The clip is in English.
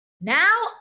Now